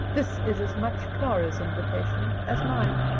this is as much clara's invitation as mine.